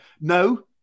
no